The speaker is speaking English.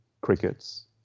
crickets